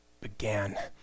began